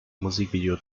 musikvideo